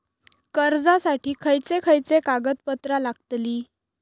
कर्जासाठी खयचे खयचे कागदपत्रा लागतली?